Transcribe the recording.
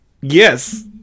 Yes